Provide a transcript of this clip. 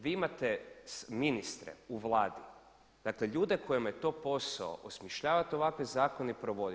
Vi imate ministre u Vladi, dakle ljudima kojima je to posao osmišljavati ovakve zakone i provodi.